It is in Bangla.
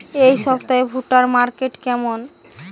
এই সপ্তাহে ভুট্টার মার্কেট কেমন?